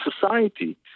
society